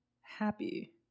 happy